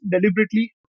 deliberately